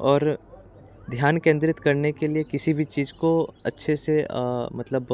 और ध्यान केंद्रित करने के लिए किसी भी चीज़ को अच्छे से मतलब